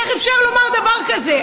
איך אפשר לומר דבר כזה?